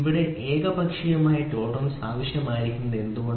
ഇവിടെ ഏകപക്ഷീയമായ ടോളറൻസ് ആവശ്യമായിരിക്കുന്നത് എന്തുകൊണ്ട്